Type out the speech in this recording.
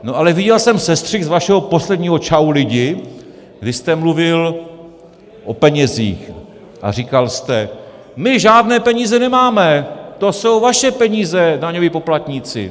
No ale viděl jsem sestřih z vašeho posledního Čau lidi, kdy jste mluvil o penězích a říkal jste: My žádné peníze nemáme, to jsou vaše peníze, daňoví poplatníci!